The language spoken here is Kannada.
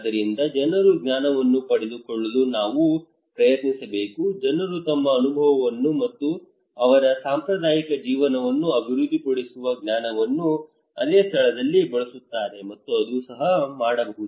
ಆದ್ದರಿಂದ ಜನರು ಜ್ಞಾನವನ್ನು ಪಡೆದುಕೊಳ್ಳಲು ನಾವು ಪ್ರಯತ್ನಿಸಬೇಕು ಜನರು ತಮ್ಮ ಅನುಭವವನ್ನು ಮತ್ತು ಅವರ ಸಾಂಪ್ರದಾಯಿಕ ಜೀವನವನ್ನು ಅಭಿವೃದ್ಧಿಪಡಿಸುವ ಜ್ಞಾನವನ್ನು ಅದೇ ಸ್ಥಳದಲ್ಲಿ ಬಳಸುತ್ತಾರೆ ಮತ್ತು ಅದು ಸಹ ಮಾಡಬಹುದು